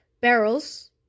barrels